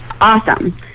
awesome